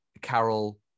carol